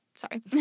Sorry